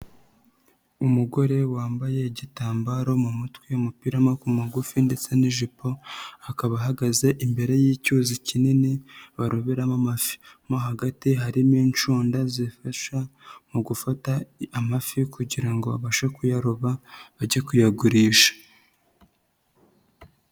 Umugore wambaye igitambaro mu mutwe, umupirama ku magufi ndetse n'ijipo, akaba ahagaze imbere y'icyuzi kinini barobamo, hagati harimo incundura zifasha mu gufata amafi kugira ngo abashe kuyaroba ajye kuyagurisha.